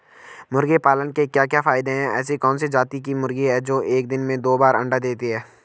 मुर्गी पालन के क्या क्या फायदे हैं ऐसी कौन सी जाती की मुर्गी है जो एक दिन में दो बार अंडा देती है?